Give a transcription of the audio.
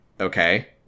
okay